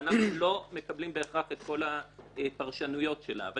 ואנחנו לא מקבלים בהכרח את כל הפרשנויות שלה אבל